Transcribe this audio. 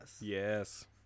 Yes